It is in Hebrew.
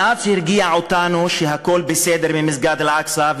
מאז שהרגיע אותנו שהכול בסדר במסגד אל-אקצא,